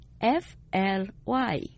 F-L-Y